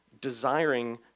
desiring